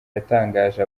yatangaje